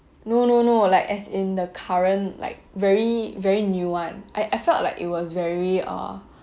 no no no like as in the current like very very new one I felt like it was very uh